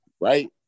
right